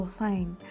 fine